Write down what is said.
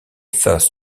first